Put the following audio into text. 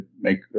make